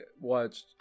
watched